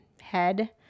head